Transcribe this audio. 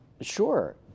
Sure